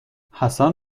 حسن